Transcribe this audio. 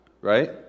right